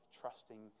trusting